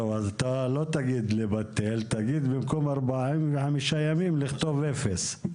אז לא תגיד לבטל, תגיד במקום 45 ימים לכתוב אפס.